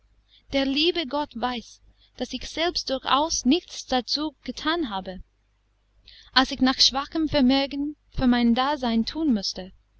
der liebe gott weiß daß ich selbst durchaus nichts dazu gethan habe als ich nach schwachem vermögen für mein dasein thun mußte